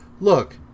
look